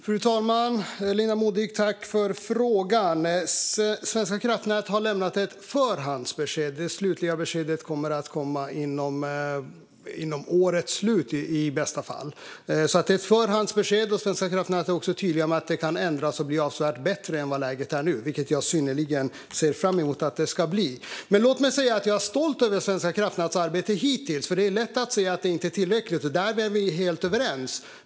Fru talman! Jag tackar Linda Modig för frågan. Svenska kraftnät har lämnat ett förhandsbesked. Det slutliga beskedet kommer före årets slut, i bästa fall, så detta är ett förhandsbesked. Svenska kraftnät är också tydliga med att det kan ändras och att läget kan bli avsevärt bättre än det är nu, vilket jag synnerligen ser fram emot att det ska bli. Låt mig säga att jag är stolt över Svenska kraftnäts arbete hittills. Det är lätt att säga att det inte är tillräckligt, och därom är vi helt överens.